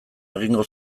egingo